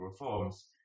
reforms